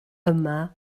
yma